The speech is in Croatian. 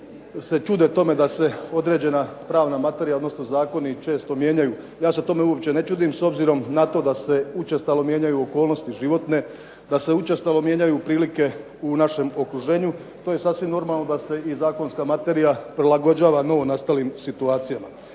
se čude tome da se određena pravna materija, odnosno zakoni često mijenjaju. Ja se tome uopće ne čudim s obzirom na to da se učestalo mijenjaju okolnosti životne, da se učestalo mijenjaju prilike u našem okruženju. To je sasvim normalno da se i zakonska materija prilagođava novonastalim situacijama.